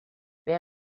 wer